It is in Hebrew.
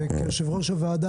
ואני כיושב-ראש הוועדה,